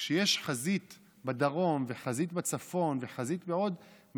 כשיש חזית בדרום וחזית בצפון ועוד חזית,